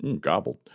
Gobbled